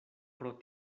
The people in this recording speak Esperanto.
pro